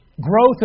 growth